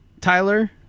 Tyler